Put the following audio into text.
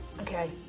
Okay